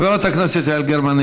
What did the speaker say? חברת הכנסת יעל גרמן,